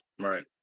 right